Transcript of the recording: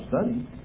study